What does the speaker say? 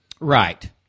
Right